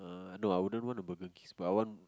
uh no I wouldn't want a Burger-King's but I want